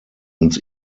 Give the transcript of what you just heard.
uns